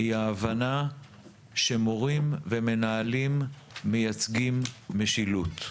היא ההבנה שמורים ומנהלים מייצגים משילות.